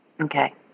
Okay